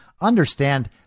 understand